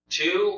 two